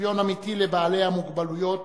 לשוויון אמיתי לבעלי המוגבלויות